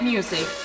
Music